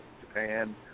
Japan